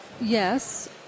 Yes